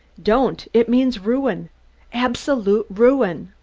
don't! it means ruin absolute ruin!